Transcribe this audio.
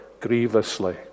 grievously